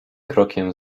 krokiem